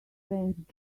friends